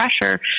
pressure